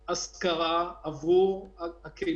זה להעביר את חוק